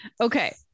okay